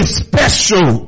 special